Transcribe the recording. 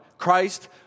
Christ